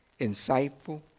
insightful